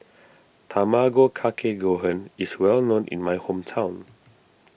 Tamago Kake Gohan is well known in my hometown